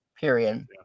period